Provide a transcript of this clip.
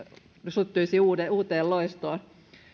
syttyisi uuteen loistoon